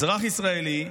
אזרח ישראלי,